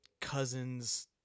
cousin's